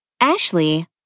Ashley